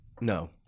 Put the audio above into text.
No